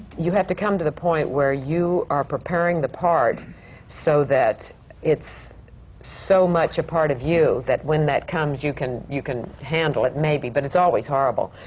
you have to come to the point where you are preparing the part so that it's so much a part of you that when that comes you can you can handle it, maybe. but it's always horrible.